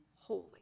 Holy